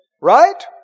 Right